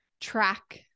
track